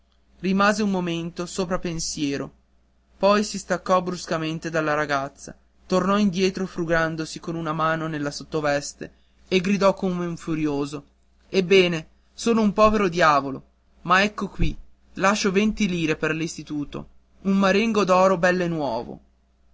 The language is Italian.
rimase un momento sopra pensiero poi si staccò bruscamente dalla ragazza tornò indietro frugandosi con una mano nella sottoveste e gridò come un furioso ebbene sono un povero diavolo ma ecco qui lascio venti lire per l'istituto un marengo d'oro bell'e nuovo